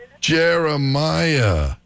Jeremiah